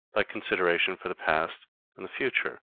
ah consideration for the past and the future,